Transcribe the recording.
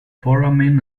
foramen